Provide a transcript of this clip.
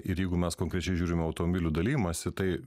ir jeigu mes konkrečiai žiūrim į automobilių dalijimąsi tai